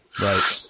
Right